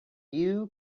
you